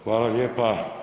Hvala lijepa.